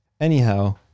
Anyhow